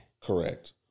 Correct